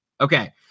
Okay